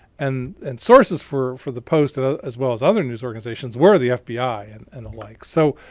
and and sources for for the post ah as well as other news organizations were the fbi and and the like. so